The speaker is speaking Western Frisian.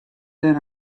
der